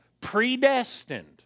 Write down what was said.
Predestined